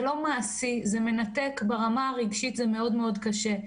זה לא מעשי, זה מנתק ברמה הרגשית וזה מאוד קשה.